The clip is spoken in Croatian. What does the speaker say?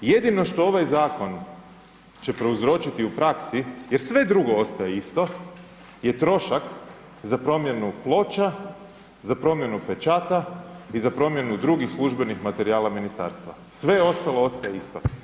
Jedino što ovaj zakon će prouzročiti u praksi, jer sve drugo ostaje isto, je trošak za promjenu ploča, za promjenu pečata i za promjenu drugih službenih materijala ministarstva, sve ostalo ostaje isto.